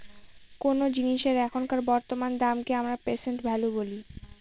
কোনো জিনিসের এখনকার বর্তমান দামকে আমরা প্রেসেন্ট ভ্যালু বলি